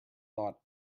thought